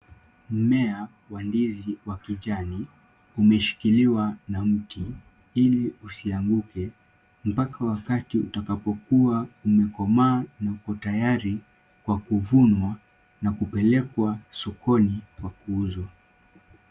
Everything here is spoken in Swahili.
Mmea wa ndizi wa kijani, imeshikiliwa na mti ili usianguke, mpaka wakati utakuwa umekomaa uko tayari kwa kuvunwa na kupelekwa sokoni Kwa Kuuzwa.